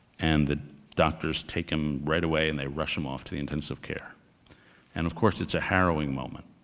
and the doctors take him right away and they rush him off to the intensive care and of course it's a harrowing moment,